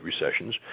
Recessions